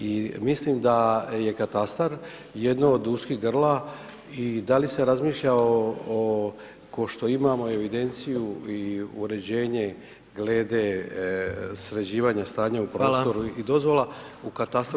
I mislim da je katastar jedno od uskih grla i da li se razmišlja ko što imamo evidenciju i uređenje glede sređivanja stanja u prostoru i dozvola u katastru